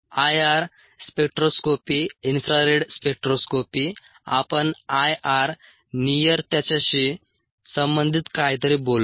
IR spectroscopy infra red spectroscopy आपण IR near त्याच्याशी संबंधित काहीतरी बोललो